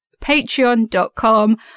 patreon.com